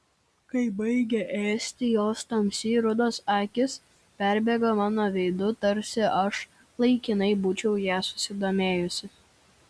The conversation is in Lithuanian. kai baigė ėsti jos tamsiai rudos akys perbėgo mano veidu tarsi aš laikinai būčiau ją sudominusi